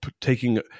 Taking